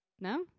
No